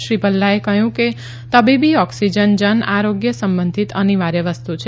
શ્રી ભલ્લાએ કહયું કે તબીબી ઓકસીજન જન આરોગ્ય સંબંધિત અનિવાર્ય વસ્તુ છે